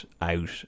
out